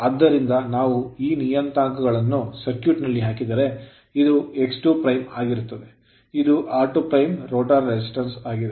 ಆದ್ದರಿಂದ ನಾವು ಈ ನಿಯತಾಂಕಗಳನ್ನು ಸರ್ಕ್ಯೂಟ್ ನಲ್ಲಿ ಹಾಕಿದರೆ ಇದು x2 ಆಗಿರುತ್ತದೆ ಇದು r2 ರೋಟರ್ resistance ಪ್ರತಿರೋಧವಾಗಿದೆ